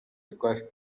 requires